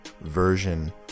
version